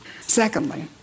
Secondly